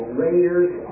layers